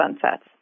sunsets